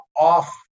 off